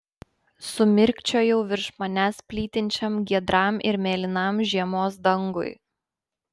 sumirkčiojau virš manęs plytinčiam giedram ir mėlynam žiemos dangui